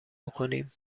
بکنیم